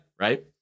right